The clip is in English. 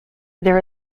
there